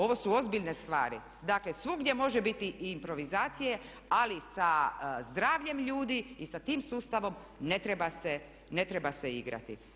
Ovo su ozbiljne stvari, dakle svugdje može biti i improvizacije ali sa zdravljem ljudi i sa tim sustavom ne treba se igrati.